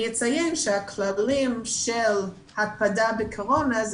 אני אציין שהכללים של הקפדה בקורונה הם